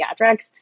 pediatrics